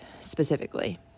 specifically